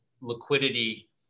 liquidity